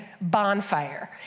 bonfire